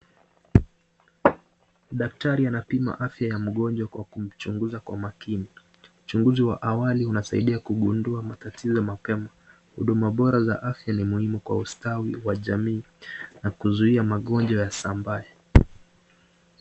Daktari anapima afya ya mgonjwa kwa kumchunguza kwa makini. Uchunguzi wa awali unasaidia kugundua matatizo mapema. Huduma bora za afya ni muhimu kwa ustawi wa jamii na kuzuia magonjwa yasambae.